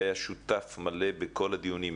שהיה שותף מלא בכל הדיונים.